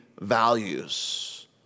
values